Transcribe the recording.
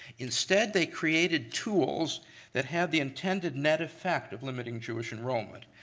instead, they created tools that have the intended net effect of limiting jewish enrollment.